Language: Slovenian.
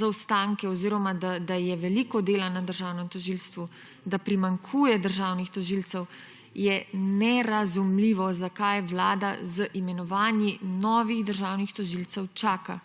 zaostanke oziroma da je veliko dela na državnem tožilstvu, da primanjkuje državnih tožilcev, je nerazumljivo, zakaj Vlada z imenovanji novih državnih tožilcev čaka.